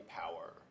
power